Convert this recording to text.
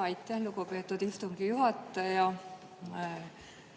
Aitäh, lugupeetud istungi juhataja!